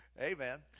Amen